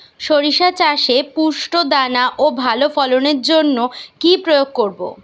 শরিষা চাষে পুষ্ট দানা ও ভালো ফলনের জন্য কি প্রয়োগ করব?